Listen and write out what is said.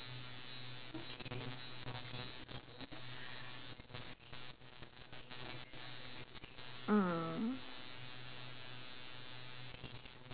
mm